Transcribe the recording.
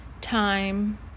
time